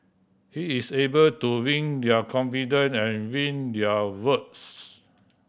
he is able to win their confident and win their votes